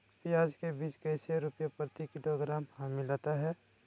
प्याज के बीज कैसे रुपए प्रति किलोग्राम हमिलता हैं?